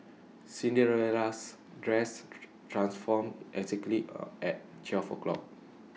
Cinderella's dress transformed exactly A at twelve o'clock